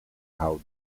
houden